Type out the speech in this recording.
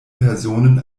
personen